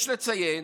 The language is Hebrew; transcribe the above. יש לציין